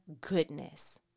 goodness